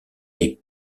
les